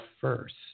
first